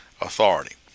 authority